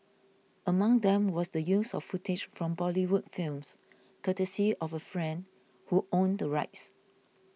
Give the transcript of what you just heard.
among them was the use of footage from Bollywood films courtesy of a friend who owned the rights